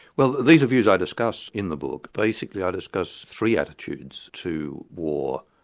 well these are views i discuss in the book. basically i discuss three attitudes to war,